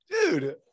Dude